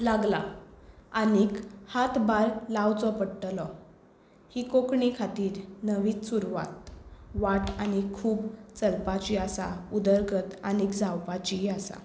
लागल्या आनी हात भार लावचो पडटलो ही कोंकणी खातीर नवीच सुरवात वाट आनी खूब चलपाची आसा उदरगत आनी जावपाची आसा